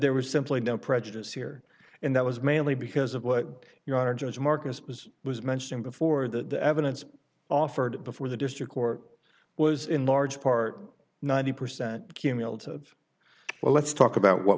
there was simply don't prejudice here and that was mainly because of what you wanted as marcus was was mentioning before that the evidence offered before the district court was in large part ninety percent cumulative well let's talk about what